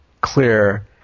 clear